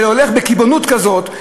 והולך בקיבעונות כזאת,